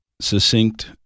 succinct